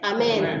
Amen